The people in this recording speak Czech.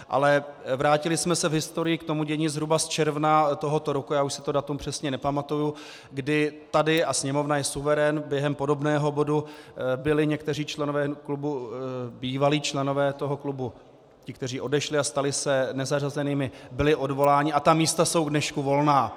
Ale vrátili jsme se v historii k tomu dění zhruba z června tohoto roku, já už si to datum přesně nepamatuji, kdy tady a Sněmovna je suverén během podobného bodu byli někteří členové klubu, bývalí členové toho klubu, ti, kteří odešli a stali se nezařazenými, byli odvoláni, a ta místa jsou k dnešku volná.